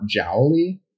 jowly